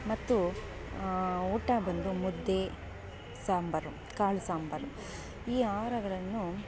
ಮತ್ತು ಊಟ ಬಂದು ಮುದ್ದೆ ಸಾಂಬಾರು ಕಾಳು ಸಾಂಬಾರು ಈ ಆಹಾರಗಳನ್ನು